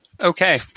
okay